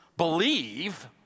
believe